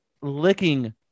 licking